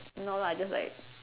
no lah just like